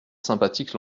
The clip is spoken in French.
sympathique